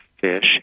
fish